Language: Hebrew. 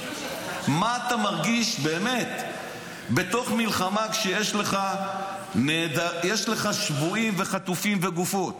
מה אתה מרגיש באמת בתוך מלחמה כשיש לך שבויים וחטופים וגופות?